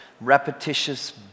repetitious